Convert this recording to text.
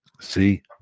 see